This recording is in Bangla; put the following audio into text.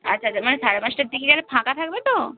আচ্ছা আচ্ছা মানে সাড়ে পাঁচটার দিকে গেলে ফাঁকা থাকবে তো